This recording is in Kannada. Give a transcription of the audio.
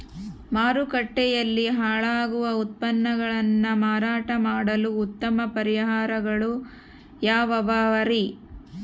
ಮಾರುಕಟ್ಟೆಯಲ್ಲಿ ಹಾಳಾಗುವ ಉತ್ಪನ್ನಗಳನ್ನ ಮಾರಾಟ ಮಾಡಲು ಉತ್ತಮ ಪರಿಹಾರಗಳು ಯಾವ್ಯಾವುರಿ?